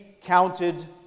counted